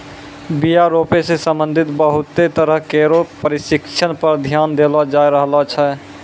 बीया रोपै सें संबंधित बहुते तरह केरो परशिक्षण पर ध्यान देलो जाय रहलो छै